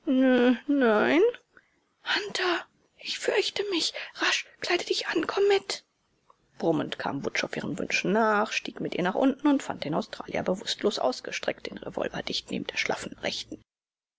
nein hunter ich fürchte mich rasch kleide dich an komm mit brummend kam wutschow ihren wünschen nach stieg mit ihr nach unten und fand den australier bewußtlos ausgestreckt den revolver dicht neben der schlaffen rechten